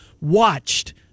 watched